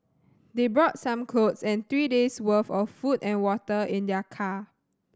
they brought some clothes and three days' work of food and water in their car